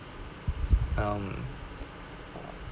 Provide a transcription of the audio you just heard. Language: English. um